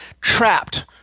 trapped